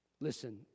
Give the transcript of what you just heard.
Listen